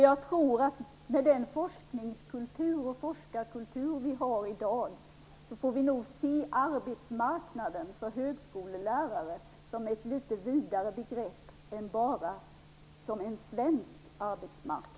Jag tror att med den forsknings och forskarkultur vi har i dag får vi nog se arbetsmarknaden för högskolelärare som ett litet vidare begrepp än bara en svensk arbetsmarknad.